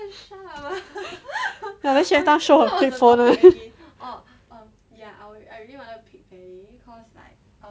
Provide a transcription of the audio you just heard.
ya then she everytime show her flip phone one